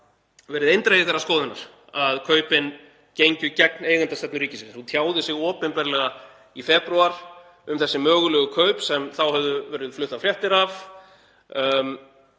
verið eindregið þeirrar skoðunar að kaupin gengju gegn eigendastefnu ríkisins og tjáði sig opinberlega í febrúar um þessi mögulegu kaup sem þá höfðu verið fluttar fréttir af.